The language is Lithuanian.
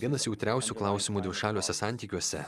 vienas jautriausių klausimų dvišaliuose santykiuose